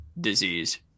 disease